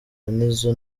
nizzo